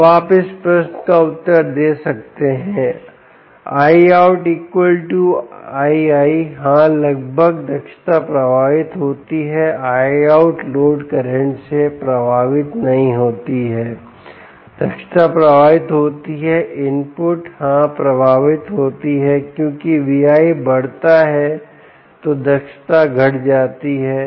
अब आप इस प्रश्न का उत्तर दे सकते हैं I outI¿ हां लगभग दक्षता प्रभावित होती है Iout लोड करंट से प्रभावित नहीं होती है दक्षता प्रभावित होती है इनपुट हां प्रभावित होती है क्योंकि V¿ बढ़ता है तो दक्षता घट जाती है